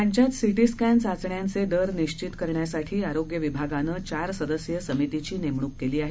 राज्यात सिटीस्क्री चाचण्यांचे दर निश्चित करण्यासाठी आरोग्य विभागानं चार सदस्यीय समितीची नेमणूक केली आहे